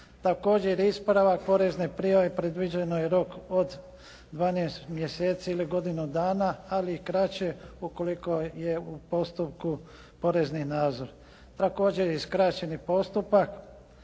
Također, ispravak porezne prijave predviđen je rok od 12 mjeseci ili godinu dana ali i kraće ukoliko je u postupku porezni nadzor. Također je i skraćeni postupak